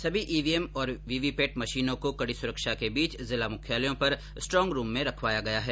सभी ईवीएम और वीवीपैट मशीनों को कड़ी सुरक्षा के बीच जिला मुख्यालयों पर स्ट्रॉग रूम में रखा गया है